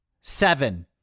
seven